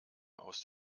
aus